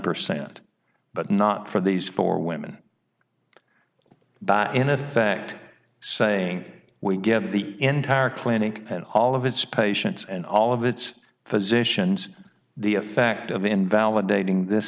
percent but not for these four women but in effect saying we get the entire clinic and all of its patients and all of its physicians the a fact of invalidating th